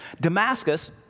Damascus